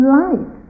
light